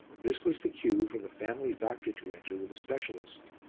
this was the cue for the family doctor to enter with a specialist.